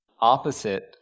opposite